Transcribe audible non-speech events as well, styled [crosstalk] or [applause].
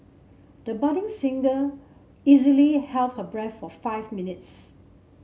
the budding singer easily [unintelligible] her breath for five minutes